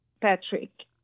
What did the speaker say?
Patrick